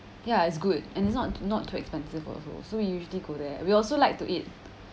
ya it's good and it's not not too expensive also so we usually go there we also like to eat